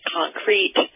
concrete